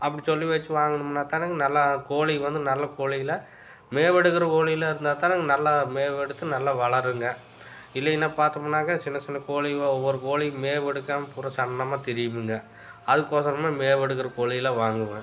அப்படி சொல்லி வச்சு வாங்கினோமுன்னா தானேங்க நல்லா கோழி வந்து நல்ல கோழிகள மேவெடுக்கிற கோழி எல்லாம் இருந்தால் தானுங்க நல்லா மேவெடுத்து நல்லா வளருங்க இல்லைன்னா பார்த்தோமுன்னாங்க சின்ன சின்ன கோழிவோ ஒவ்வொரு கோழியும் மேவெடுக்காமல் பூரா சன்னமாக திரியுமுங்க அதுக்கொசரம் தான் மேவெடுக்கிற கோழி எல்லாம் வாங்குவேன்